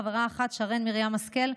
חברה אחת: שרן מרים השכל,